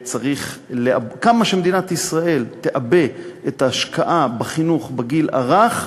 כמה שמדינת ישראל תעבה את ההשקעה בחינוך בגיל הרך,